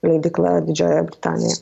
leidykla didžiojoje britanijoje